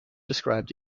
described